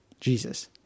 Jesus